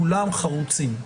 כולם חרוצים,